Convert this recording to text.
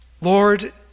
Lord